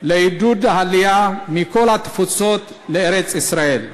לעידוד העלייה מכל התפוצות לארץ-ישראל.